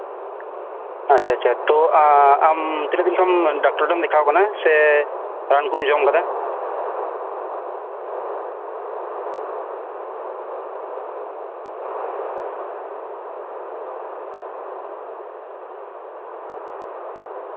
ᱟᱪᱪᱷᱟ ᱟᱪᱪᱷᱟ ᱛᱚ ᱟᱢ ᱛᱤᱱᱟᱹᱜ ᱫᱤᱱ ᱠᱷᱚᱱᱟᱜ ᱰᱟᱠᱛᱚᱨ ᱴᱷᱮᱱᱮᱢ ᱫᱮᱠᱷᱟᱣ ᱠᱟᱱᱟ ᱥᱮ ᱨᱟᱱ ᱠᱚᱢ ᱡᱚᱢ ᱟᱠᱟᱫᱟ